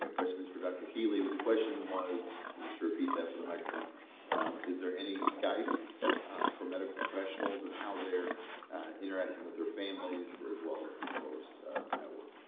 question's for dr. healy. what the question was and just to repeat that for the microphone is there any guidance for medical professionals and how they're interacting with their families as well as of course at work